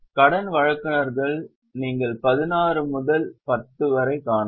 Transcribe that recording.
கடன் வழங்குநர்கள் நீங்கள் 16 முதல் 10 வரை காணலாம்